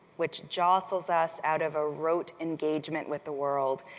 which jostles us out of a rote engagement with the world,